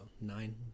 nine